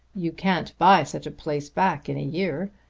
you can't buy such a place back in a year.